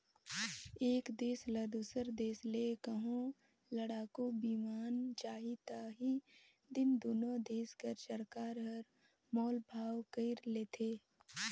एक देस ल दूसर देस ले कहों लड़ाकू बिमान चाही ता ही दिन दुनो देस कर सरकार हर मोल भाव कइर लेथें